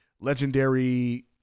legendary